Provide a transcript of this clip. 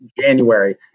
January